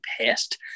pissed